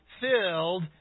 filled